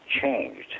changed